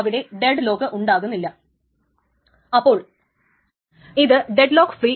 അപ്പോൾ ഒരു ഒപ്പ്സല്യൂട്ട് റൈറ്റും ഉണ്ട് അതിന്റെ കൂടെ അതിനെ എഴുതിയില്ലെങ്കിലും നമുക്ക് അതിനെ വെറുതെ അവഗണിച്ചു കളയാം